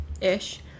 ish